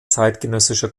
zeitgenössischer